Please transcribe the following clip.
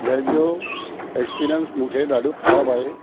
जंहिंजो एक्सपीरिअंस मूंखे ॾाढो ख़राबु आहे